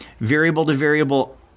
variable-to-variable